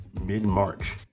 mid-March